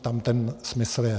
Tam ten smysl je.